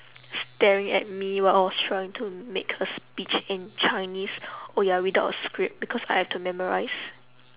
staring at me while I was trying to make a speech in chinese oh ya without a script because I have to memorise